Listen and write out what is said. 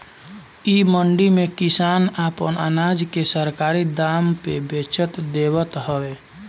इ मंडी में किसान आपन अनाज के सरकारी दाम पे बचत देवत हवे